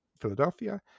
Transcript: Philadelphia